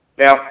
Now